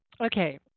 Okay